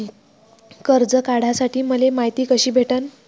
कर्ज काढासाठी मले मायती कशी भेटन?